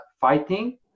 fighting